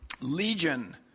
Legion